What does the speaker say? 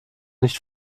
nicht